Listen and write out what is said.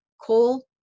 coal